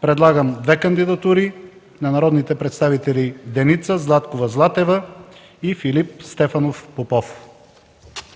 Предлагам две кандидатури – на народните представители Деница Златкова Златева и Филип Стефанов Попов.